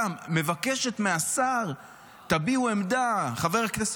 גם מבקשת מהשר תביעו עמדה --- אני ביקשתי?